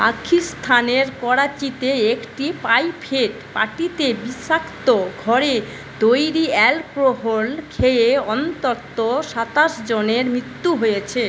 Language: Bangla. পাকিস্তানের করাচিতে একটি প্রাইভেট পার্টিতে বিষাক্ত ঘরে তৈরি অ্যালকোহল খেয়ে অন্তত সাতাশ জনের মৃত্যু হয়েছে